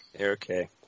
Okay